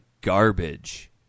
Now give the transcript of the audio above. garbage